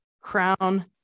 crown